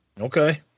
Okay